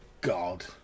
God